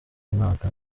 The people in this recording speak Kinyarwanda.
mwaka